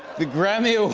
the grammy ah